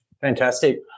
Fantastic